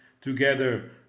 together